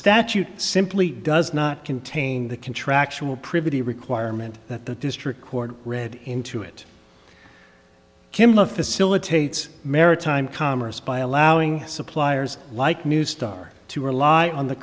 statute simply does not contain the contractual privity requirement that the district court read into it kamla facilitates maritime commerce by allowing suppliers like new start to rely on the